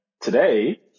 today